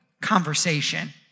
conversation